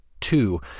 Two